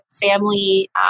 family